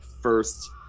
first